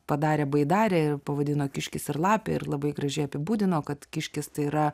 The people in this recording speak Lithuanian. padarė baidarę pavadino kiškis ir lapė ir labai gražiai apibūdino kad kiškis tai yra